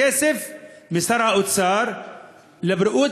כסף משר האוצר לבריאות,